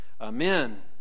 Amen